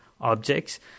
objects